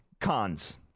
Cons